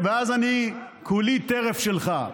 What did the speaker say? ואז אני כולי טרף שלך.